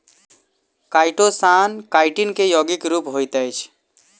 chitosan chitin के यौगिक रूप होइत अछि